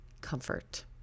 comfort